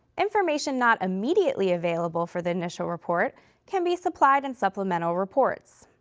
information not immediately available for the initial report can be supplied in supplemental reports.